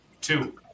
two